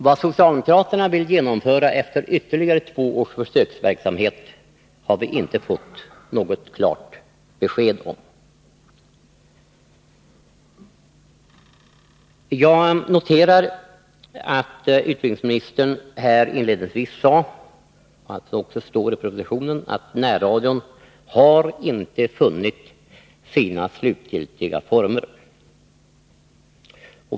Vad socialdemokraterna vill genomföra efter ytterligare två års försöksverksamhet har vi inte fått något klart besked om. Jag noterar att utbildningsministern inledningsvis sade att — det står också i propositionen — närradion inte funnit sina slutgiltiga former.